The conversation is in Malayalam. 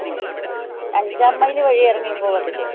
ഉം അഞ്ചാം മൈൽ വഴി ഇറങ്ങി പോകത്തില്ലേ